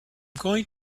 going